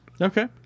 Okay